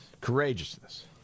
courageousness